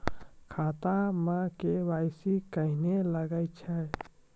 खाता मे के.वाई.सी कहिने लगय छै?